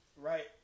right